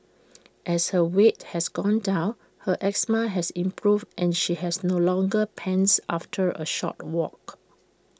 as her weight has gone down her asthma has improved and she has no longer pants after A short walk